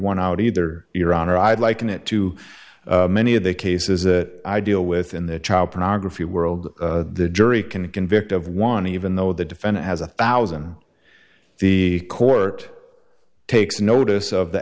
one out either your honor i'd liken it to many of the cases that i deal with in the child pornography world the jury can convict of one even though the defendant has a thousand the court takes notice of the